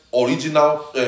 original